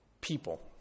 people